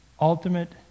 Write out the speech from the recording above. ultimate